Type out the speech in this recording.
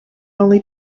only